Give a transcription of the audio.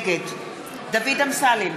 נגד דוד אמסלם,